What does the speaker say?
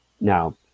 Now